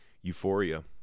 euphoria